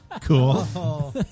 Cool